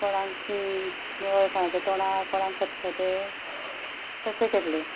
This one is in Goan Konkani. कोणाक तोणाक कोणाक खतखतें तशें केल्लें